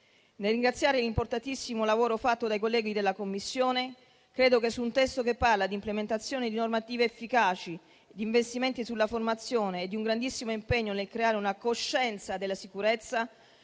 Nel ringraziare per l'importantissimo lavoro fatto dai colleghi della Commissione, credo che su un testo che parla di implementazione di normative efficaci, di investimenti sulla formazione e di un grandissimo impegno nel creare una coscienza della sicurezza